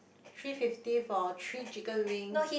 three fifty for three chicken wings